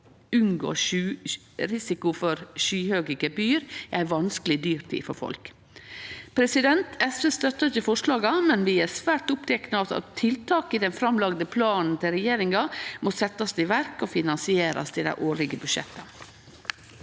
risikoen for skyhøge gebyr i ei vanskeleg dyrtid for folk. SV støttar ikkje forslaga, men vi er svært opptekne av at tiltak i den framlagde planen til regjeringa må setjast i verk og finansierast i dei årlege budsjetta.